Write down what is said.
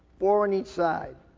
four on each side.